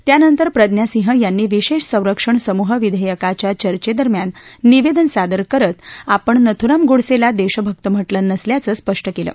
त्यानंतर प्रज्ञा सिंह यांनी विशेष संरक्षण समूह विधेयकाच्या चर्वेदरम्यान निवेदन सादर करत आपण नथुराम गोडसेला देशभक्त म्हाकें नसल्याचं स्पष्ट केलं